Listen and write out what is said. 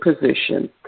position